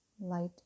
light